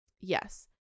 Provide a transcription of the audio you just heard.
yes